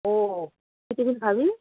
ও কী টিফিন খাবি